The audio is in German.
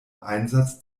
einsatz